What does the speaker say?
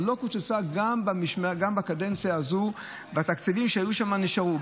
אבל היא לא קוצצה גם בקדנציה הזאת והתקציבים שהיו שם נשארו,